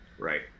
Right